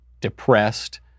depressed